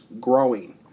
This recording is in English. growing